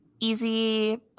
Easy